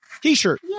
t-shirt